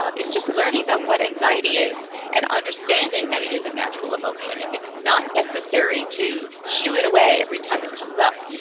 um is just learning about what anxiety is and understanding that it is a natural emotion. and it's not necessary to shoo it away every time it comes up,